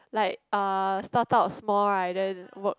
like uh start out small right then work